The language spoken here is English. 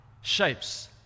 shapes